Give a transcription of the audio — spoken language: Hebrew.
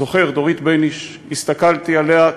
זוכר, דורית בייניש, הסתכלתי עליה,